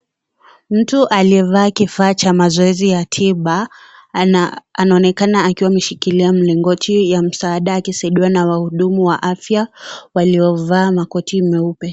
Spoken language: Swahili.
Mtu aliyevaa kifaa cha mazoezi ya tiba, ana, anaonekana akiwa wakiwa amshilia mlingoti ya msaada akisaidiwa na wahudumu wa afya, waliovaa makoti meupe.